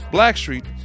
Blackstreet